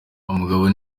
umugabo